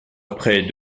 après